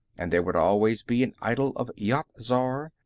and there would always be an idol of yat-zar,